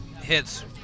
hits